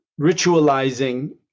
ritualizing